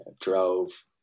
drove